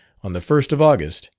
on the first of august,